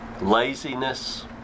laziness